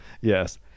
Yes